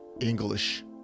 English